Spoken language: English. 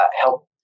help